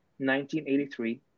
1983